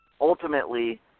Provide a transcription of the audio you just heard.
ultimately